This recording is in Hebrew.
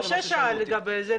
משה שאל לגבי זה,